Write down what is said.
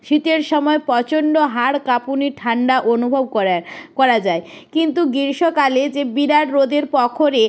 শীতের সময় প্রচণ্ড হাড় কাঁপুনি ঠান্ডা অনুভব করায় করা যায় কিন্তু গ্রীষ্মকালে যে বিরাট রোদের প্রখরে